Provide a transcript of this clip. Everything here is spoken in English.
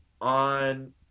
on